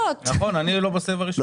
נכון, אני בסבב הראשון.